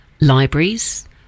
libraries